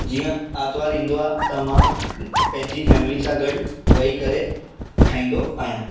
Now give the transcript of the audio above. जीअं आरितवारु ईंदो आहे त मां पंहिंजी फैमिली सां गॾु वेही करे खाईंदो आहियां